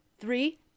three